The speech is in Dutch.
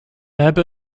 hebben